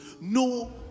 no